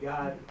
God